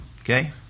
Okay